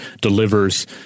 delivers